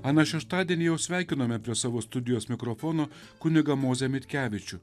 aną šeštadienį jau sveikinome prie savo studijos mikrofono kunigą mozę mitkevičių